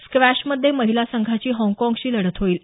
स्क्वॅशमध्ये महिला संघाची हाँगकाँगशी लढत होईल